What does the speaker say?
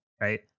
right